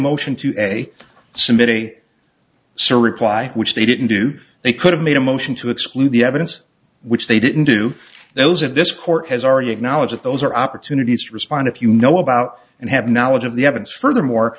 motion to a city sir reply which they didn't do they could have made a motion to exclude the evidence which they didn't do those of this court has already had knowledge of those are opportunities to respond if you know about and have knowledge of the evidence furthermore